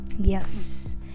yes